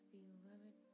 beloved